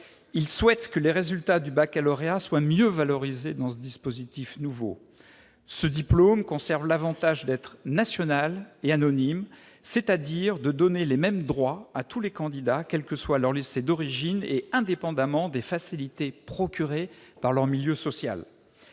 qui souhaitent que les résultats du baccalauréat soient mieux valorisés dans ce dispositif nouveau. Le diplôme du baccalauréat conserve l'avantage d'être national et anonyme, c'est-à-dire de donner les mêmes droits à tous les candidats, quel que soit leur lycée d'origine et indépendamment des facilités procurées par leur milieu social.